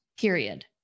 period